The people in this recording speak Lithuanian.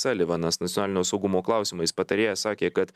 salivanas nacionalinio saugumo klausimais patarėjas sakė kad